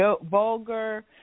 vulgar